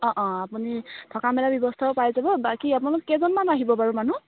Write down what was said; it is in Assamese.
অঁ অঁ আপুনি থকা মেলা ব্যৱস্থাও পাই যাব বাকী আপোনালোক কেইজনমান আহিব বাৰু মানুহ